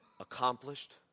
accomplished